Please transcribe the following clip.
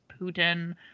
Putin